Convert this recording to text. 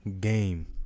game